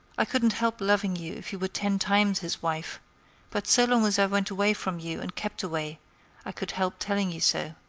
i couldn't help loving you if you were ten times his wife but so long as i went away from you and kept away i could help telling you so.